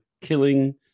killing